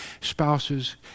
spouses